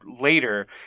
later